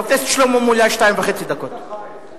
אני רק רוצה להגיד לך, שי, לסיום, חבר הכנסת חרמש,